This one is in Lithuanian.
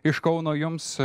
iš kauno jums